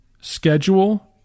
schedule